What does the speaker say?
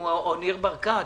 ניר ברקת,